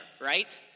right